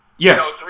Yes